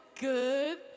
good